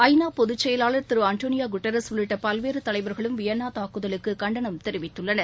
ஐ நா பொதுச் செயலாளர் திரு அண்டோனியா குட்டரஸ் உள்ளிட்ட பல்வேறு தலைவர்களும் வியன்னா தாக்குதலுக்கு கண்டனம் தெரிவித்துள்ளனர்